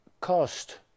cost